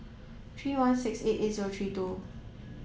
three one six eight eight zero three two